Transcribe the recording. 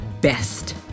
best